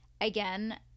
again